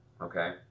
okay